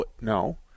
No